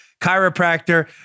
chiropractor